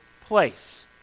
place